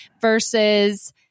versus